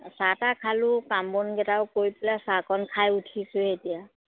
চাহ তাহ খালোঁ কাম বনকেইটাও কৰি পেলাই চাহকণ খাই উঠিছোঁহে এতিয়া